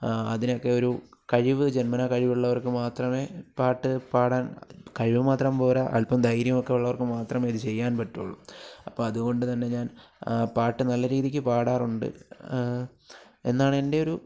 അതിനൊക്കെ ഒരു കഴിവ് ജന്മനാ കഴിവുള്ളവർക്ക് മാത്രമേ പാട്ട് പാടാൻ കഴിവ് മാത്രം പോരാ അല്പം ധൈര്യം ഒക്കെ ഉള്ളവർക്ക് മാത്രമേ ഇത് ചെയ്യാൻ പറ്റുള്ളൂ അപ്പം അതുകൊണ്ടുതന്നെ ഞാൻ പാട്ട് നല്ല രീതിക്ക് പാടാറുണ്ട് എന്നാണെൻ്റെ ഒരു